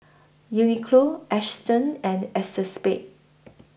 Uniqlo Astons and ACEXSPADE